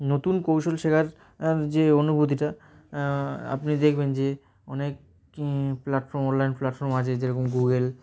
নতুন কৌশল শেখার যে অনুভূতিটা আপনি দেখবেন যে অনেক প্ল্যাটফর্ম অনলাইন প্ল্যাটফর্ম আছে যেরকম গুগল